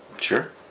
Sure